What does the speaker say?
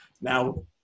now